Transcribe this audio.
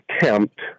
attempt